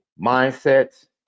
mindsets